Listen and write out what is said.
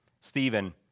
Stephen